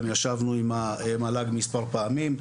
גם ישבנו עם המל"ג מספר פעמים,